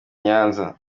nyanza